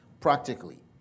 practically